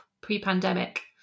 pre-pandemic